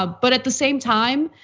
ah but at the same time,